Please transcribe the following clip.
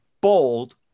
bold